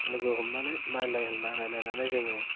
लोगो हमनानै रायज्लाय होनलाय रायज्लायनानै जोङो